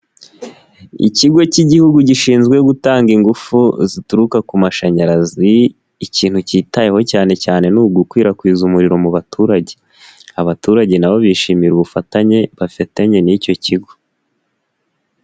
Ikigo cy'igihugu gishinzwe gutanga ingufu zituruka ku mashanyarazi ikintu cyitayeho cyane cyane ni ugukwirakwiza umuriro mu baturage, abaturage nabo bishimira ubufatanye bafitanye n'icyo kigo.